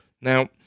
Now